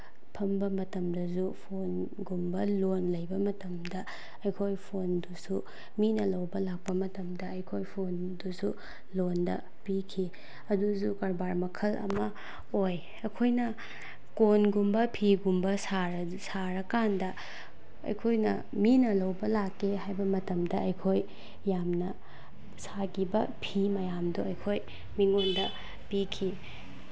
ꯐꯝꯕ ꯃꯇꯝꯗꯁꯨ ꯐꯣꯟꯒꯨꯝꯕ ꯂꯣꯟ ꯂꯩꯕ ꯃꯇꯝꯗ ꯑꯩꯈꯣꯏ ꯐꯣꯟꯗꯨꯁꯨ ꯃꯤꯅ ꯂꯧꯕ ꯂꯥꯛꯄ ꯃꯇꯝꯗ ꯑꯩꯈꯣꯏ ꯐꯣꯟꯗꯨꯁꯨ ꯂꯣꯟꯗ ꯄꯤꯈꯤ ꯑꯗꯨꯁꯨ ꯀꯔꯕꯥꯔ ꯃꯈꯜ ꯑꯃ ꯑꯣꯏ ꯑꯩꯈꯣꯏꯅ ꯀꯣꯟꯒꯨꯝꯕ ꯐꯤꯒꯨꯝꯕ ꯁꯥꯔꯀꯥꯟꯗ ꯑꯩꯈꯣꯏꯅ ꯃꯤꯅ ꯂꯧꯕ ꯂꯥꯛꯀꯦ ꯍꯥꯏꯕ ꯃꯇꯝꯗ ꯑꯩꯈꯣꯏ ꯌꯥꯝꯅ ꯁꯥꯈꯤꯕ ꯐꯤ ꯃꯌꯥꯝꯗꯣ ꯑꯩꯈꯣꯏ ꯃꯤꯉꯣꯟꯗ ꯄꯤꯈꯤ